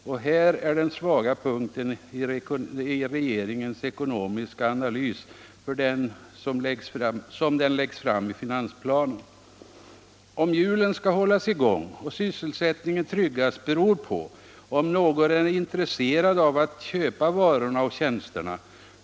Och här är den svaga punkten i regeringens ekonomiska analys som den läggs fram i finansplanen. Om hjulen skall kunna hållas i gång och sysselsättningen tryggas beror på om någon är intresserad av att köpa varorna och tjänsterna.